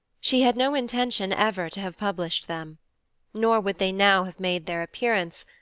she had no intention ever to have published them nor would they now have made their appearance,